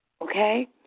Okay